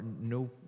no